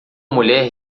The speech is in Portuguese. mulher